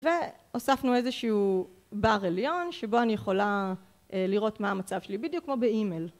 והוספנו איזשהו בר עליון, שבו אני יכולה לראות מה המצב שלי, בדיוק כמו באימייל